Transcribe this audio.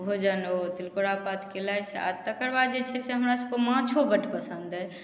भोजन ओ तिलकोरा पात केलथि आओर तकर बाद जे छै हमरा सबके माछो बड्ड पसन्द अछि